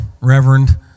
Reverend